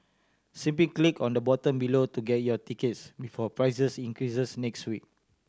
simply click on the button below to get your tickets before prices increases next week